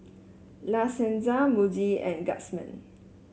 La Senza Muji and Guardsman